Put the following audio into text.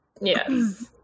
Yes